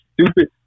stupid